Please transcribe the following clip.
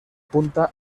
punta